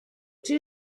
two